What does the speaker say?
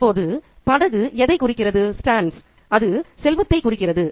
இப்போது படகு எதை குறிக்கிறது அது செல்வத்தை குறிக்கிறது